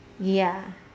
ya